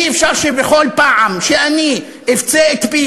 אי-אפשר שבכל פעם שאני אפצה את פי,